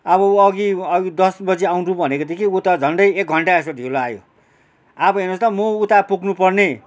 अब ऊ अघि दस बजी आउनु भनेको थिएँ कि ऊ त झन्डै एक घन्टा जस्तो ढिलो आयो अब हेर्नुहोस् त म उता पुग्नु पर्ने